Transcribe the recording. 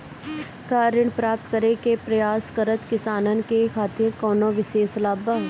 का ऋण प्राप्त करे के प्रयास करत किसानन के खातिर कोनो विशेष लाभ बा